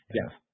Yes